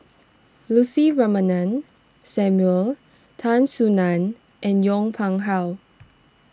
Lucy Ratnammah Samuel Tan Soo Nan and Yong Pung How